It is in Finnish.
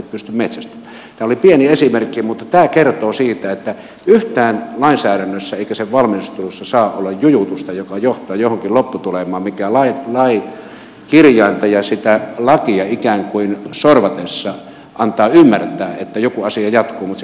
tämä oli pieni esimerkki mutta tämä kertoo siitä että ei yhtään saa lainsäädännössä eikä sen valmistelussa olla jujutusta joka johtaa johonkin sellaiseen lopputulemaan mikä lain kirjainta ja sitä lakia ikään kuin sorvatessa antaa ymmärtää että joku asia jatkuu mutta se käytännössä ei ole mahdollista